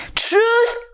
Truth